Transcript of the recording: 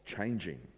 changing